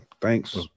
Thanks